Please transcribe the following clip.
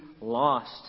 lost